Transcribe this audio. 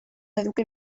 eduki